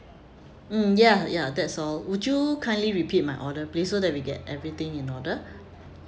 mm ya ya that's all would you kindly repeat my order please so that we get everything in order